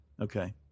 Okay